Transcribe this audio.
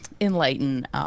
enlighten